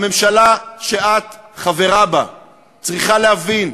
הממשלה שאת חברה בה צריכה להבין,